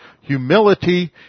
Humility